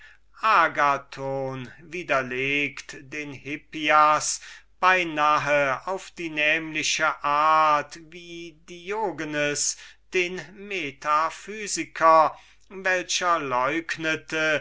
agathon widerlegt den hippias beinahe auf die nämliche art wie diogenes den sophisten welcher